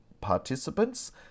participants